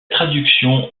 traduction